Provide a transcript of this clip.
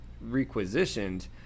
requisitioned